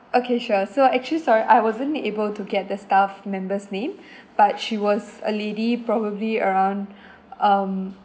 okay sure so actually sorry I wasn't able to get the staff member's name but she was a lady probably around um